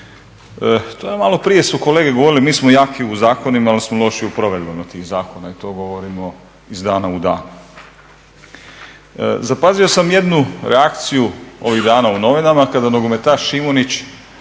To je, maloprije su kolege govorili, mi smo jaki u zakonima, ali smo loši u provedbama tih zakona i to govorimo iz dana u dan. Zapazio sam jednu reakciju ovih dana u novinama, kada nogometaš Šimunić